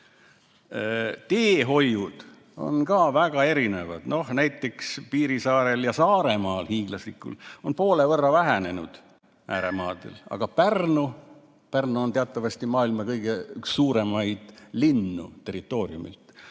Teehoiud on ka väga erinevad. Näiteks, Piirissaarel ja Saaremaal, hiiglaslikul, on poole võrra vähenenud, ääremaadel, aga Pärnu – Pärnu on teatavasti maailma üks suuremaid linnu territooriumilt